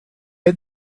had